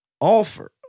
Offer